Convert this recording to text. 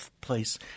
place